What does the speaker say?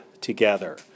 together